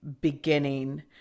beginning